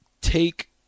take